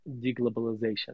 deglobalization